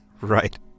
Right